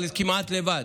אבל כמעט לבד,